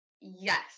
yes